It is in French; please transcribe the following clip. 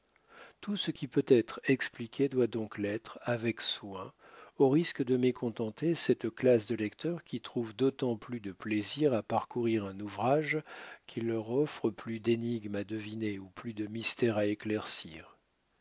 tout ce qui peut être expliqué doit donc l'être avec soin au risque de mécontenter cette classe de lecteurs qui trouvent d'autant plus de plaisir à parcourir un ouvrage qu'il leur offre plus d'énigmes à deviner ou plus de mystères à éclaircir